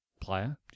player